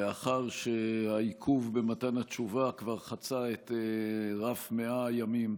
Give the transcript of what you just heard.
לאחר שהעיכוב במתן התשובה כבר חצה את רף 100 הימים.